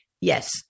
yes